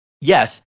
yes